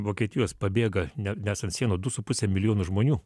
vokietijos pabėga ne nesant sienų du su puse milijonų žmonių